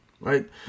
right